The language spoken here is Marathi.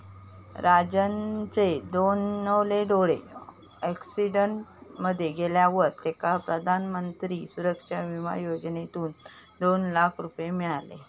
राजनचे दोनवले डोळे अॅक्सिडेंट मध्ये गेल्यावर तेका प्रधानमंत्री सुरक्षा बिमा योजनेसून दोन लाख रुपये मिळाले